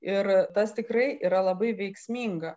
ir tas tikrai yra labai veiksminga